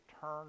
turn